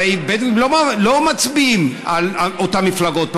הרי בדואים לא מצביעים לאותן מפלגות,